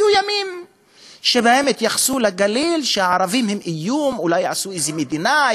היו ימים שהתייחסו לגליל כך שהערבים הם איום: אולי יעשו איזה מדינה,